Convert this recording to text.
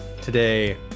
Today